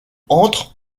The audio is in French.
entre